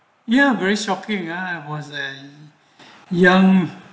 ya very shocking I was young